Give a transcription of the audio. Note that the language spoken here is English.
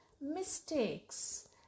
mistakes